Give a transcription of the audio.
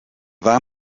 war